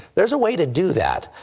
there is a way to do that,